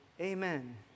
amen